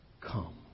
come